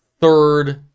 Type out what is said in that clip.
third